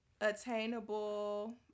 attainable